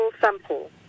sample